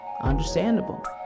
understandable